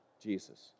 Jesus